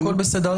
הכול בסדר,